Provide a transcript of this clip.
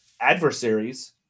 adversaries